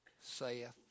saith